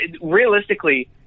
Realistically